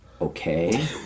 Okay